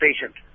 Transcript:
patient